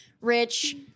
rich